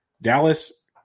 Dallas